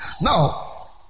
Now